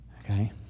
okay